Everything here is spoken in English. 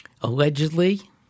allegedly